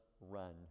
run